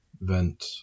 vent